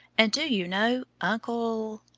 and do you know, uncle